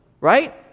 Right